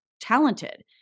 talented